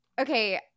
Okay